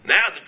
Now